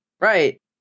Right